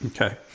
okay